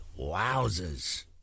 Wowzers